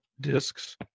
discs